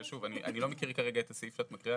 אני לא מכיר כרגע את הסעיף שאת מקריאה